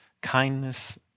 kindness